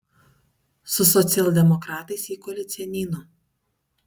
su socialdemokratais į koaliciją neinu